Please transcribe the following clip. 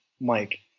Mike